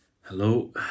hello